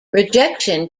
rejection